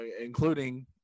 including